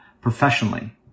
professionally